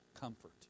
comfort